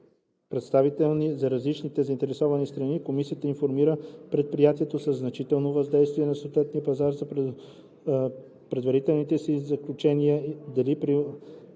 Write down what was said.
представителни за различните заинтересовани страни, комисията информира предприятието със значително въздействие на съответен пазар за предварителните си заключения дали